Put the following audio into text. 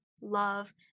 love